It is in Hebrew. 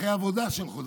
אחרי עבודה של חודשים,